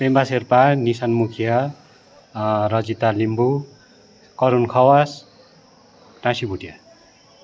Pemba Sherpa Nisan Mukhiya Rajita Limbu Karun Khawas Tashi Bhutia